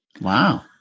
Wow